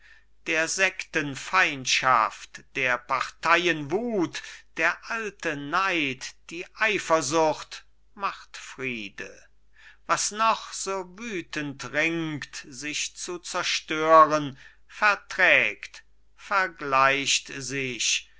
der sekten feindschaft der parteien wut der alte neid die eifersucht macht friede was noch so wütend ringt sich zu zerstören verträgt vergleicht sich